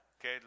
Okay